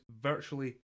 virtually